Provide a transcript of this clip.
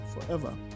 forever